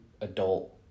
adult